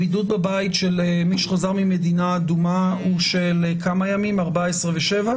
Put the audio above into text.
הבידוד בבית של מי שחזר ממדינה אדומה הוא של 14 ימים ו-7?